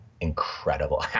incredible